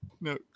No